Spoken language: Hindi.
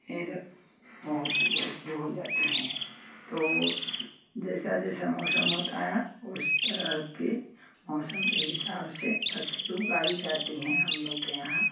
एँध होती है शुरू हो जाती है तो उस जैसा जैसा मौसम होता है उस तरह के मौसम के हिसाब से फ़सलें उगाई जाती हैं हम लोग के यहाँ